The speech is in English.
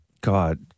God